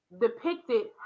depicted